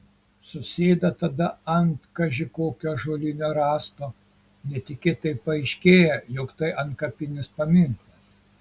susėda tada ant kaži kokio ąžuolinio rąsto netikėtai paaiškėja jog tai antkapinis paminklas